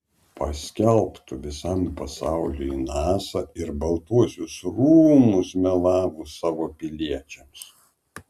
paskelbtų visam pasauliui nasa ir baltuosius rūmus melavus savo piliečiams